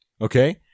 Okay